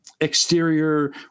exterior